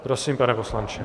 Prosím, pane poslanče.